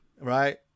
right